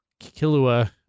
Kilua